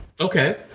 Okay